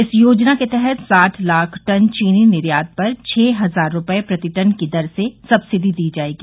इस योजना के तहत साठ लाख टन चीनी निर्यात पर छः हजार रुपये प्रति टन की दर से सब्सिडी दी जाएगी